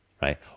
right